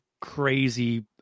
crazy